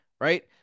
right